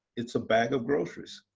it's a bag of groceries.